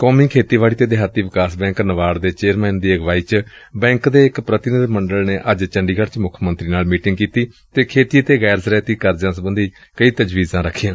ਕੌਮੀ ਖੇਤੀਬਾੜੀ ਅਤੇ ਦਿਹਾਤੀ ਵਿਕਾਸ ਬੈਂਕ ਨਾਬਾਰਡ ਦੇ ਚੇਅਰਮੈਨ ਦੀ ਅਗਵਾਈ ਚ ਬੈਂਕ ਦੇ ਇਕ ਪ੍ਤੀਨਿਧ ਮੰਡਲ ਨੇ ਅੱਜ ਚੰਡੀਗੜ ਚ ਮੁੱਖ ਮੰਤਰੀ ਨਾਲ ਮੀਟਿੰਗ ਕੀਤੀ ਅਤੇ ਖੇਤੀ ਅਤੇ ਗੈਰ ਜ਼ਰਾਇਤੀ ਕਰਜ਼ਿਆਂ ਸਬੰਧੀ ਕਈ ਤਜਵੀਜਾਂ ਰੱਖੀਆਂ